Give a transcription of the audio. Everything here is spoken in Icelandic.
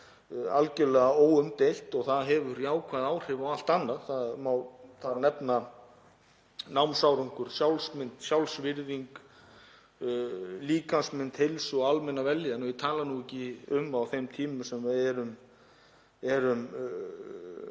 algjörlega óumdeilt, og það hefur jákvæð áhrif á allt annað. Það má þar nefna námsárangur, sjálfsmynd, sjálfsvirðingu, líkamsmynd, heilsu og almenna vellíðan og ég tala nú ekki um á þeim tímum sem eru